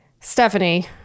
stephanie